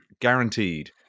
guaranteed